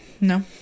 No